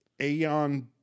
Aeon